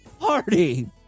party